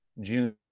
June